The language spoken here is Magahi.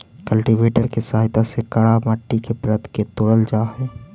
कल्टीवेटर के सहायता से कड़ा मट्टी के परत के तोड़ल जा हई